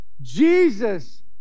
Jesus